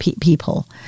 people